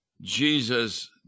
Jesus